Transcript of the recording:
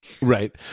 Right